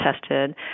tested